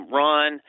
run